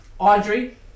Audrey